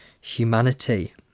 humanity